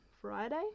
Friday